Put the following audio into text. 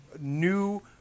new